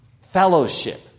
fellowship